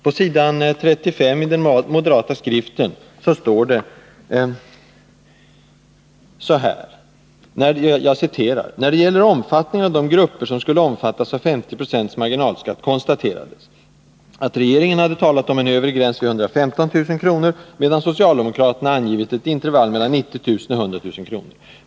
På s. 35 i den moderata skriften står det: ”När det gäller omfattningen av de grupper som skulle omfattas av 50 procents marginalskatt konstaterades, att regeringen talat om en övre gräns vid 115 000 kronor, medan socialdemokraterna angivit ett intervall mellan 90 000 och 100 000 kronor.